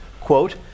quote